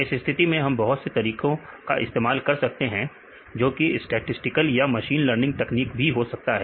इस स्थिति में हम बहुत से तरीकों का इस्तेमाल कर सकते हैं जो कि स्टैटिसटिकल या मशीन लर्निंग तकनीक भी हो सकती है